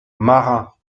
marins